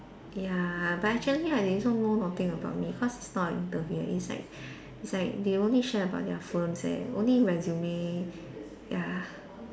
ya but actually ah they also know nothing about me cause it's not an interview it's like it's like they only share about their firms and only resume ya